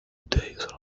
days